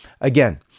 Again